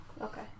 Okay